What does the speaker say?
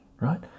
right